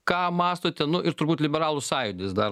ką mąstote nu ir turbūt liberalų sąjūdis dar